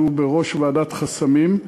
שעומד בראש הוועדה להסרת חסמים.